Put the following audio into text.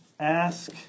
Ask